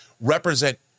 represent